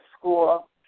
school